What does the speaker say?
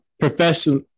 Professional